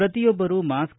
ಪ್ರತಿಯೊಬ್ಬರೂ ಮಾಸ್ಕ್